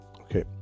okay